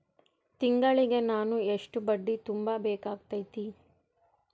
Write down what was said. ತಿಂಗಳಿಗೆ ನಾನು ಎಷ್ಟ ಬಡ್ಡಿ ತುಂಬಾ ಬೇಕಾಗತೈತಿ?